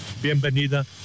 Bienvenida